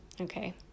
Okay